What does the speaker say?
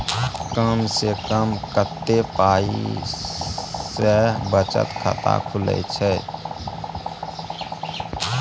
कम से कम कत्ते पाई सं बचत खाता खुले छै?